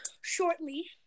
shortly